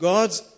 God's